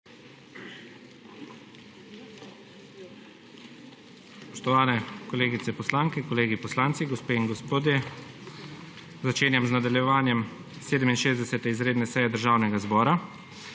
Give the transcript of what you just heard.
Spoštovani kolegice poslanke, kolegi poslanci, gospe in gospodje! Začenjam nadaljevanje 67. izredne seje Državnega zbora.